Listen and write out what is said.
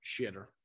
Shitter